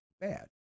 bad